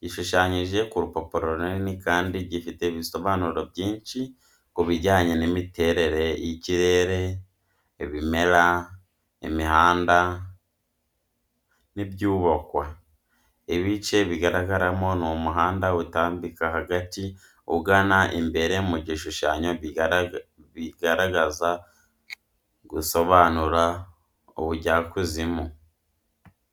Gishushanyije ku rupapuro runini kandi gifite ibisobanuro byinshi ku bijyanye n’imiterere y’ikirere, ibimera, imihanda n’ibyubakwa. Ibice bigaragaramo ni umuhanda utambika hagati ugana imbere mu gishushanyo bigaragaza gusobanura ubujyakuzimu.